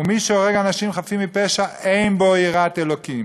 ומי שהורג אנשים חפים מפשע אין בו יראת אלוקים.